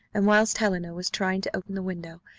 and whilst helena was trying to open the window,